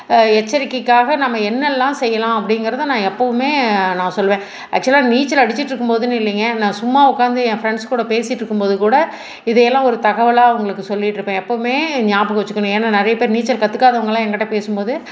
எச்சரிக்கைக்காக நம்ம என்னெல்லாம் செய்யலாம் அப்படிங்குறத நான் எப்பவுமே நான் சொல்லுவேன் ஆக்ச்சுவலா நீச்சலடிச்சிட்டிருக்கும் போதுன்னு இல்லைங்க நான் சும்மா உட்காந்து என் ஃப்ரெண்ட்ஸ் கூட பேசிட்டிருக்கும் போது கூட இதை எல்லாம் ஒரு தகவலாக அவங்களுக்கு சொல்லிட்டிருப்பேன் எப்பவுமே ஞாபகம் வச்சுக்கணும் ஏன்னால் நிறையா பேர் நீச்சல் கற்றுக்காதவங்கல்லாம் எங்கிட்ட பேசும் போது